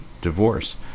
divorce